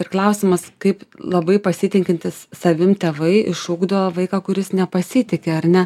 ir klausimas kaip labai pasitikintys savim tėvai išugdo vaiką kuris nepasitiki ar ne